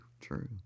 true